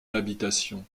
habitation